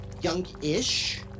young-ish